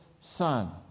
son